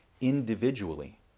individually